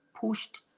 pushed